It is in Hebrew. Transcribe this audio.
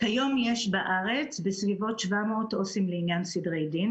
כיום יש בארץ בסביבות 700 עובדים סוציאליים לעניין סדרי דין,